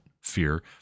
fear